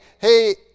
hey